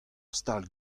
stal